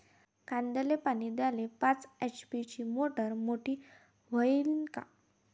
कांद्याले पानी द्याले पाच एच.पी ची मोटार मोटी व्हईन का?